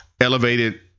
elevated